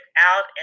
out